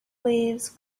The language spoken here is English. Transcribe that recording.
waves